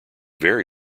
very